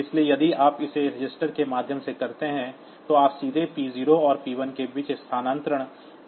इसलिए यदि आप इसे रजिस्टर के माध्यम से करते हैं तो आप सीधे p0 और p1 के बीच स्थानांतरण नहीं कर सकते